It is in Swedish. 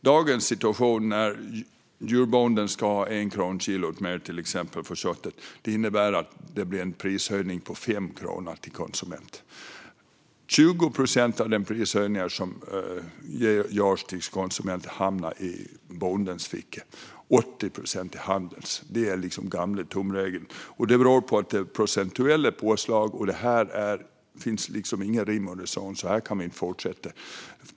När en djurbonde i dag ska ha 1 krona mer per kilo till exempel för köttet innebär det en prisändring på 5 kronor till konsument. 20 procent av den prishöjning som görs till konsument hamnar i bondens ficka, medan 80 procent hamnar i handelns. Det procentuella påslaget beror på den gamla tumregeln, men det finns liksom ingen rim och reson i det. Så här kan vi inte fortsätta.